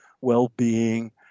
well-being